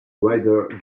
rider